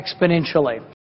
exponentially